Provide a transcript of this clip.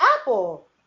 Apple